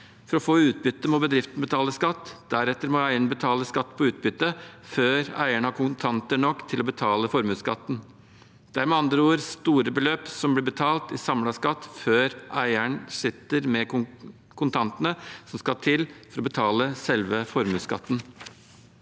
For å få utbytte må bedriftene betale skatt, deretter må eierne betale skatt på utbytte før eierne har kontanter nok til å betale formuesskatten. Det er med andre ord store beløp som blir betalt i samlet skatt før eieren sitter med kontantene som skal til for å betale selve formuesskatten.